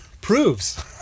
proves